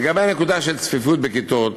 לגבי הנקודה של צפיפות בכיתות,